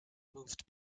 moved